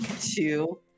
two